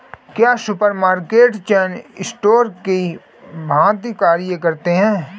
क्या supermarket chain store की भांति कार्य करते हैं?